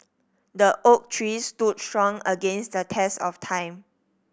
the oak tree stood strong against the test of time